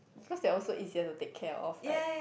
cause they are also easier to take care of right